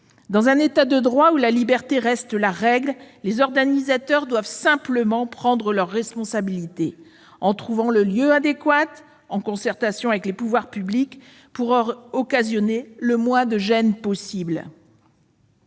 Dans un état de droit, où la liberté reste la règle, les organisateurs doivent simplement prendre leurs responsabilités en trouvant un lieu adéquat, en concertation avec les pouvoirs publics, afin d'occasionner le moins de gêne possible